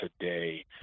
today